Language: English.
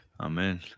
Amen